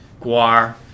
Guar